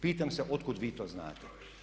Pitam se otkud vi to znate?